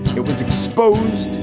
it was exposed.